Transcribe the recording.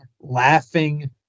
laughing